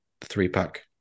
three-pack